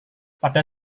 pada